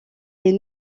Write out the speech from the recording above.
est